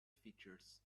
features